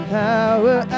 power